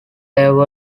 level